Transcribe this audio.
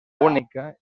única